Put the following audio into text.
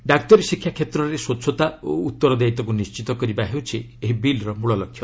ଡାକ୍ତରୀ ଶିକ୍ଷା କ୍ଷେତ୍ରରେ ସ୍ୱଚ୍ଚତା ଓ ଉତ୍ତରଦାୟିତାକୁ ନିଣ୍ଜିତ କରିବା ହେଉଛି ଏହି ବିଲ୍ର ମୂଳଲକ୍ଷ୍ୟ